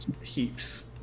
heaps